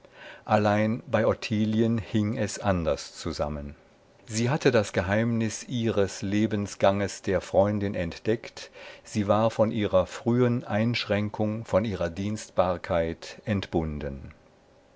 allein bei ottilien hing es anders zusammen sie hatte das geheimnis ihres lebensganges der freundin entdeckt sie war von ihrer frühen einschränkung von ihrer dienstbarkeit entbunden